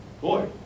Boy